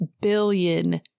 billion